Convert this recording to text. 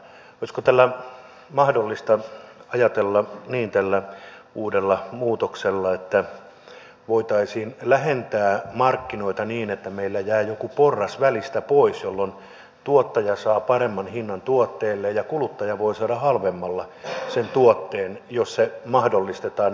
olisiko mahdollista ajatella niin että tällä uudella muutoksella voitaisiin lähentää markkinoita niin että meillä jää joku porras välistä pois jolloin tuottaja saa paremman hinnan tuotteelleen ja kuluttaja voi saada halvemmalla sen tuotteen jos tämmöinen mahdollistetaan